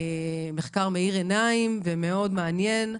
מחקר מאיר עיניים ומאוד מעניין.